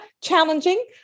challenging